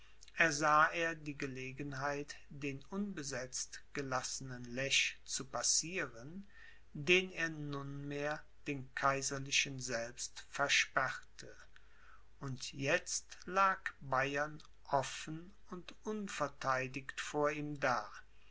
ersah er die gelegenheit den unbesetzt gelassenen lech zu passieren den er nunmehr den kaiserlichen selbst versperrte und jetzt lag bayern offen und unvertheidigt vor ihm da